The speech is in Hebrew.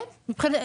כן.